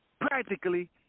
Practically